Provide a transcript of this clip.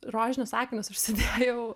rožinius akinius užsidėjau